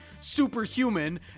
superhuman